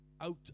out